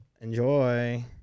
Enjoy